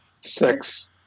Six